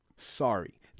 Sorry